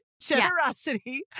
Generosity